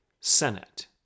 Senate